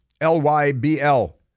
L-Y-B-L